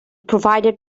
provided